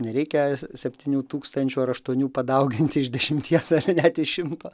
nereikia septynių tūkstančių ar aštuonių padauginti iš dešimties ar net iš šimto